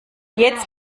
jetzt